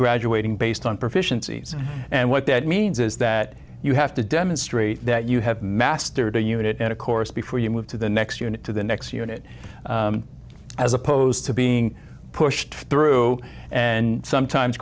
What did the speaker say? graduating based on proficiency and what that means is that you have to demonstrate that you have mastered a unit and a course before you move to the next unit to the next unit as opposed to being pushed through and sometimes